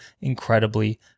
incredibly